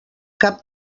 cap